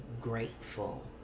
grateful